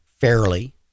fairly